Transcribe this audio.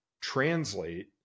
translate